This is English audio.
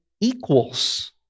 equals